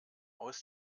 aus